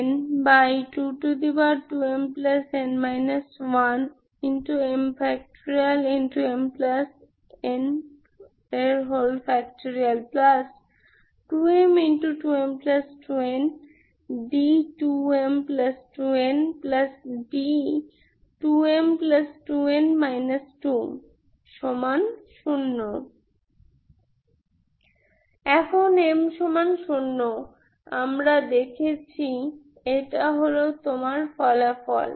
2m2m2nd2m2nd2m2n 20 এখন m1 আমরা দেখেছি এটা হল তোমার ফলাফল